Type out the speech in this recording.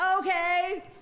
okay